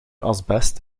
asbest